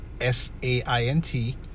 S-A-I-N-T